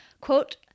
quote